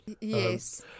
Yes